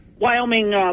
Wyoming